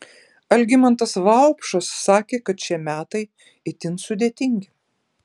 algimantas vaupšas sakė kad šie metai itin sudėtingi